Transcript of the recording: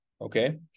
okay